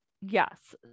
yes